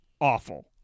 awful